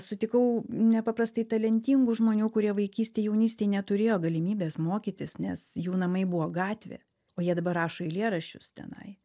sutikau nepaprastai talentingų žmonių kurie vaikystėj jaunystėj neturėjo galimybės mokytis nes jų namai buvo gatvė o jie dabar rašo eilėraščius tenai